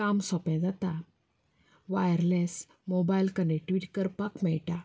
काम सोंपें जाता वायरलस मोबायल कनेक्टिविटी करपाक मेळटा